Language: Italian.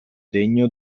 degno